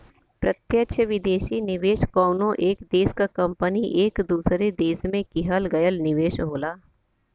प्रत्यक्ष विदेशी निवेश कउनो एक देश क कंपनी क दूसरे देश में किहल गयल निवेश होला